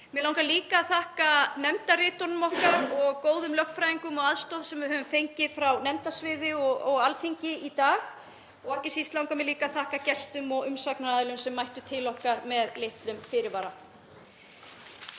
Mig langar líka að þakka nefndarriturum okkar og góðum lögfræðingum og aðstoð sem við höfum fengið frá nefndasviði og Alþingi í dag og ekki síst langar mig að þakka gestum og umsagnaraðilum sem mættu til okkar með litlum fyrirvara.